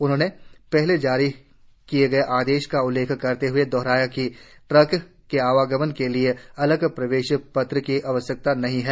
उन्होंने पहले जारी किये गये आदेशों का उल्लेख करते हुए दोहराया कि ट्रक के आवागमन के लिए अलग प्रवेश पत्र की आवश्यकता नहीं है